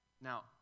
Now